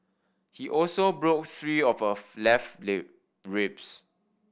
he also broke three of her left ribs